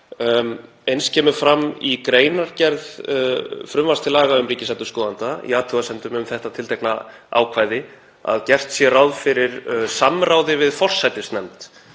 Eins kemur fram í greinargerð frumvarps til laga um ríkisendurskoðanda, í athugasemdum um þetta tiltekna ákvæði, að gert sé ráð fyrir samráði við forsætisnefnd